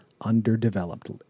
underdeveloped